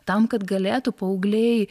tam kad galėtų paaugliai